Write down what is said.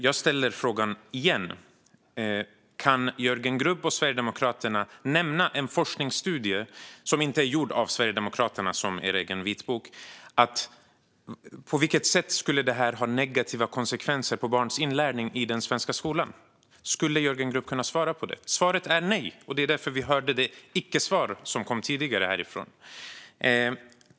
Jag ställer frågan igen: Kan Jörgen Grubb och Sverigedemokraterna nämna en forskningsstudie - som inte är gjord av Sverigedemokraterna, som er egen vitbok - som visar på vilket sätt det här skulle ha negativa konsekvenser för barns inlärning i den svenska skolan? Skulle Jörgen Grubb kunna svara på det? Svaret är nej, och det är därför vi hörde det icke-svar som tidigare kom från Jörgen Grubb.